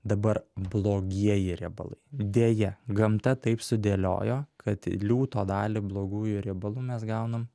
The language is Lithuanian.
dabar blogieji riebalai deja gamta taip sudėliojo kad liūto dalį blogųjų riebalų mes gaunam